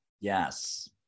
Yes